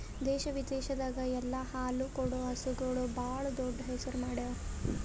ದೇಶ ವಿದೇಶದಾಗ್ ಎಲ್ಲ ಹಾಲು ಕೊಡೋ ಹಸುಗೂಳ್ ಭಾಳ್ ದೊಡ್ಡ್ ಹೆಸರು ಮಾಡ್ಯಾವು